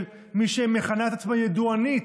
של מי שמכנה את עצמה "ידוענית",